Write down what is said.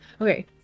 Okay